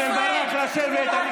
רם בן ברק, לשבת.